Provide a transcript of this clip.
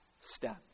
step